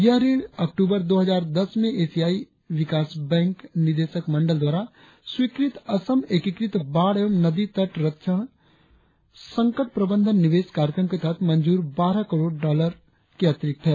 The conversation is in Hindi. यह ऋण अक्टूबर दो हजार दस में एशियाई विकास बैंक निदेशक मंडल द्वारा स्वीकृत असम एकीकृत बाढ़ एवं नदी तट क्षरण संकट प्रबंधन निवेश कार्यक्रम के तहत मंजूर बारह करोड़ डॉलर ऋण का अंश है